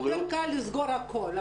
יותר קל לסגור הכול.